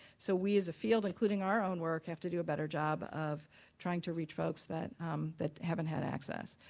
so we as a field including our own work have to do a better job of trying to reach folks that that haven't had access.